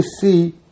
see